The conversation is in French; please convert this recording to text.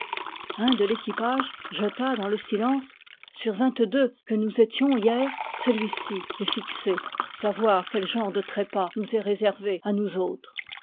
un de l'équipage jeta dans le silence sur vingt-deux que nous étions hier celui-ci est fixé savoir quel genre de trépas nous est réservé à nous autres